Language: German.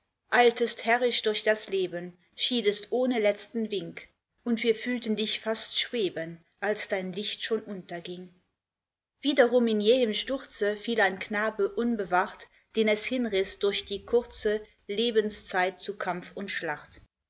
eiltest herrisch durch das leben schiedest ohne letzten wink und wir fühlten dich fast schweben als dein licht schon unterging wiederum in jähem sturze fiel ein knabe unbewacht den es hinriß durch die kurze lebenszeit zu kampf und schlacht